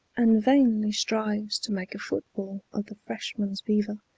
and vainly strives to make a football of the freshman's beaver,